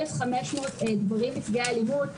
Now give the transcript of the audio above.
אלף חמש מאות גברים נפגעי אלימות,